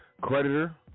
creditor